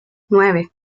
nueve